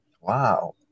Wow